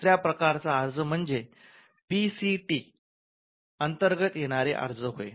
तिसऱ्या प्रकारचा अर्ज म्हणजे पी सी टी अंतर्गत येणार अर्ज होय